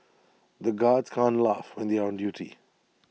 the guards can't laugh when they are on duty